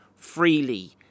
freely